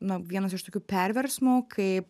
na vienas iš tokių perversmų kaip